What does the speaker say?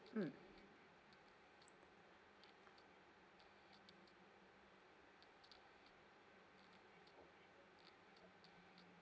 mm